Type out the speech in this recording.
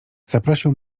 zaprosił